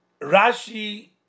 Rashi